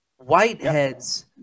Whiteheads